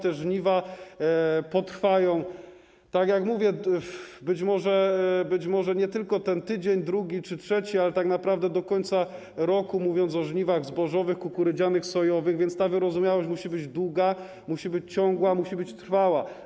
Te żniwa potrwają, tak jak mówię, być może nie tylko ten tydzień, drugi czy trzeci, ale tak naprawdę do końca roku, mówię o żniwach zbożowych, kukurydzianych i sojowych, więc ta wyrozumiałość musi być długa, musi być ciągła, musi być trwała.